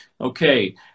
okay